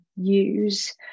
use